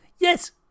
Yes